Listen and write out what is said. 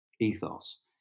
ethos